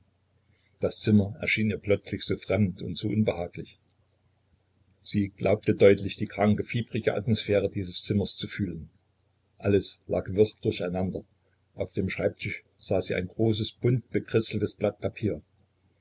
das zimmer erschien ihr plötzlich so fremd und so unbehaglich sie glaubte deutlich die kranke fiebrige atmosphäre dieses zimmers zu fühlen alles lag wirr durch einander auf dem schreibtisch sah sie ein großes bunt bekritzeltes blatt papier